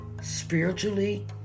spiritually